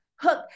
hook